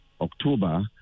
October